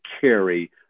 carry